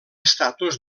estatus